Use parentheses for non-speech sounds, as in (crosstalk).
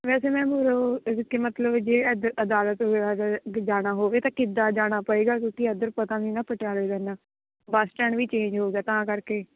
ਵੈਸੇ ਮੈਮ ਉਰੇ ਓ ਜਿੱਥੇ ਮਤਲਬ ਜੇ ਅਦ ਅਦਾਲਤ (unintelligible) ਜਾਣਾ ਹੋਵੇ ਤਾਂ ਕਿੱਦਾਂ ਜਾਣਾ ਪਏਗਾ ਕਿਉਂਕਿ ਇੱਧਰ ਪਤਾ ਨਹੀਂ ਨਾ ਪਟਿਆਲੇ ਦਾ ਐਨਾ ਬਸ ਸਟੈਂਡ ਵੀ ਚੇਂਜ ਹੋ ਗਿਆ ਤਾਂ ਕਰਕੇ